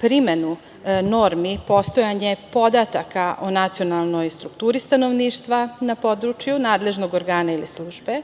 primenu normi postojanja podataka o nacionalnoj strukturi stanovništva na području, nadležnog organa ili službe,